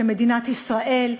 כמדינת ישראל,